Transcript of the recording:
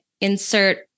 insert